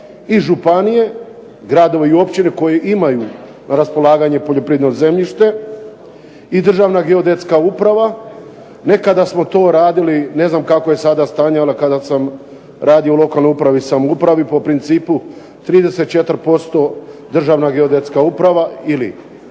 i županije, gradova i općina koje imaju raspolaganje poljoprivrednim zemljištem i Državna geodetska uprava. Nekada smo to radili, ne znam kakvo je sada stanje, onda kada sam radio u lokalnoj upravi sam upravi po principu 34% Državna geodetska uprava ili